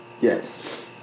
yes